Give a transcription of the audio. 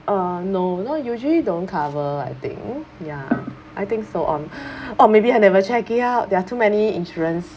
uh no no usually don't cover I think ya I think so on or maybe I never check it out there are too many insurance